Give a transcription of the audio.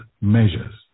measures